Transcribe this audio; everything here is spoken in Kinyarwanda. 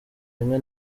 rimwe